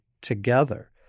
together